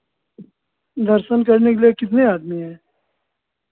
दर्शन करने के लिए कितने आदमी हैं